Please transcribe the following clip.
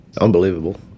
Unbelievable